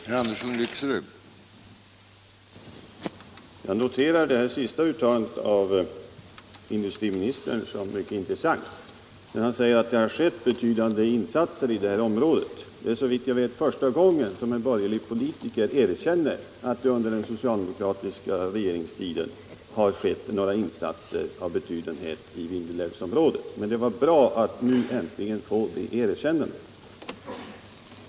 Herr talman! Jag noterar industriministerns senaste uttalande som mycket intressant. Han säger att det har gjorts betydande insatser i det här området. Det är såvitt jag vet första gången en borgerlig politiker erkänner att det under den socialdemokratiska regeringens tid har gjorts några insatser av betydenhet i Vindelälvsområdet. Det var bra att vi äntligen fick det erkännandet.